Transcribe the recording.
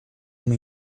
uma